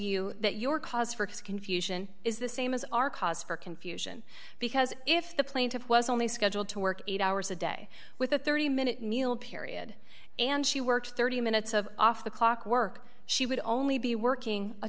you that your cause for confusion is the same as our cause for confusion because if the plaintiff was only scheduled to work eight hours a day with a thirty minute meal period and she works thirty minutes of off the clock work she would only be working a